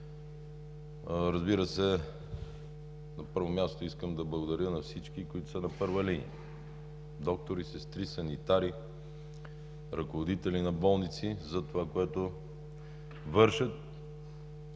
Разбира се, на първо място, искам да благодаря на всички, които са на първа линия – доктори, сестри, санитари, ръководители на болници, за това, което вършат